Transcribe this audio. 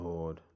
Lord